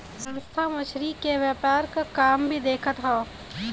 संस्था मछरी के व्यापार क काम भी देखत हौ